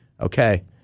okay